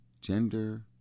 gender